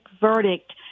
verdict